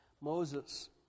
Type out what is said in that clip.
Moses